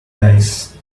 nice